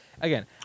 Again